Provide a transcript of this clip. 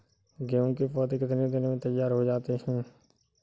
गेहूँ के पौधे कितने दिन में तैयार हो जाते हैं?